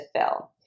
fill